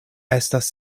estas